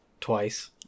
twice